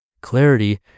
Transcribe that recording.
Clarity